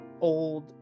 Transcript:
old